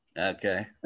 Okay